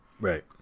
Right